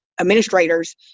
administrators